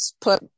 put